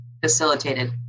facilitated